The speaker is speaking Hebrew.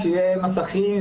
שיהיו מסכים,